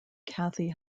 cathy